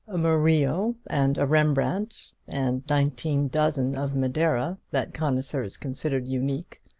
a murillo and a rembrandt, and nineteen dozen of madeira that connoisseurs considered unique,